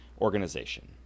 organization